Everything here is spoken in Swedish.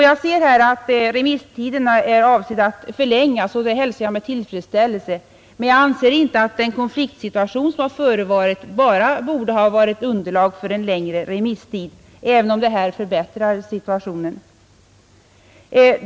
Jag ser här att remisstiderna är avsedda att förlängas, och det hälsar jag med tillfredsställelse. Men jag anser inte att den konfliktsituation som förevarit borde ha utgjort enda underlaget för en längre remisstid, även om det här förbättrar situationen.